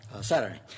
Saturday